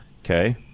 okay